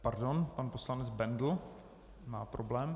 Pardon, pan poslanec Bendl má problém.